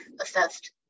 assessed